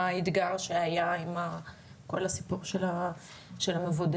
האתגר שהיה עם כל הסיפור של המבודדים,